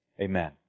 Amen